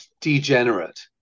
degenerate